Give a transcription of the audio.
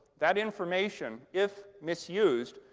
that information, if misused,